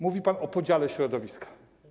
Mówi pan o podziale środowiska.